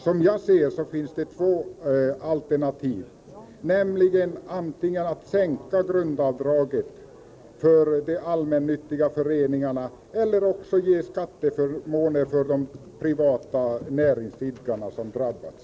Som jag ser det finns det två alternativ, nämligen antingen att sänka grundavdraget för de allmännyttiga föreningarna eller att ge skatteförmåner för de privata näringsidkare som drabbas.